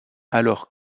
alors